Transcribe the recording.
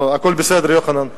לא, הכול בסדר, יוחנן.